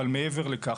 אבל מעבר לכך,